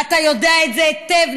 ואתה יודע את זה היטב,